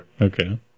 Okay